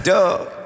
Duh